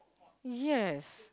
yes